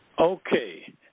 Okay